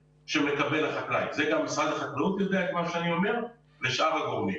שמקבל החקלאי גם משרד החקלאות יודע את מה שאני אומר ויודעים שאר הגורמים.